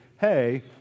hey